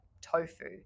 tofu